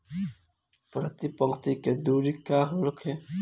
प्रति पंक्ति के दूरी का होखे?